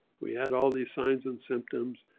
we had all these signs and symptoms,